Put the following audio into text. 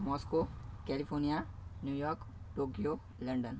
Moscow California New York Tokyo London